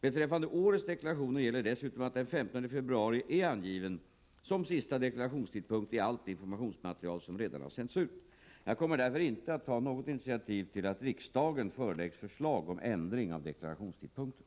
Beträffande årets deklarationer gäller dessutom att den 15 februari är angiven som sista deklarationstidpunkt i allt det informationsmaterial som redan har sänts ut. Jag kommer därför inte att ta något initiativ till att riksdagen föreläggs förslag om ändring av deklarationstidpunkten.